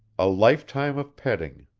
a lifetime of petting,